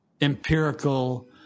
empirical